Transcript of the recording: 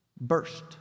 burst